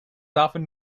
often